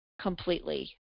completely